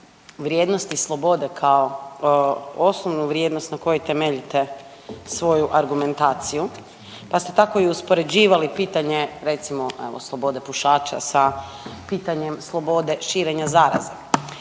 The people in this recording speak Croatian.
vrijednosti slobode kao osnovnu vrijednost na kojoj temeljite svoju argumentaciju pa ste tako uspoređivali pitanje recimo, evo slobode pušača sa pitanjem slobode širenja zaraze.